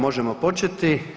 Možemo početi.